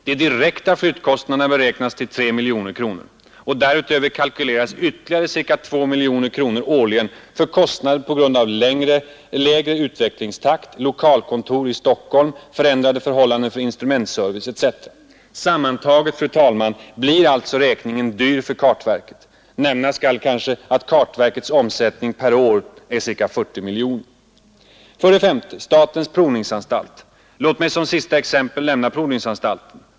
De direkta flyttkostnaderna beräknas till 3 miljoner kronor. Därutöver kalkyleras ca 2 miljoner kronor årligen för kostnader på grund av lägre utvecklingstakt, lokalkontor i Stockholm, förändrade förhållanden för instrumentservice etc. Sammantaget, fru talman, blir alltså räkningen dyr för kartverket. Nämnas skall att kartverkets omsättning per år är ca 40 miljoner kronor. Låt mig som sista exempel nämna provningsanstalten.